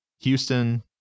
Houston